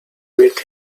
with